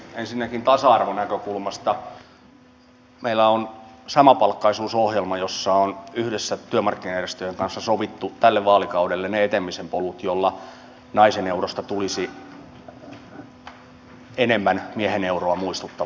ensinnäkin tasa arvonäkökulmasta meillä on samapalkkaisuusohjelma jossa on yhdessä työmarkkinajärjestöjen kanssa sovittu tälle vaalikaudelle ne etenemisen polut joilla naisen eurosta tulisi enemmän miehen euroa muistuttava